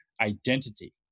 identity